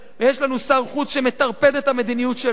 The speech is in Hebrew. ויש לנו שר חוץ שמטרפד את המדיניות שלו,